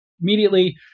immediately